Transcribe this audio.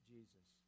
Jesus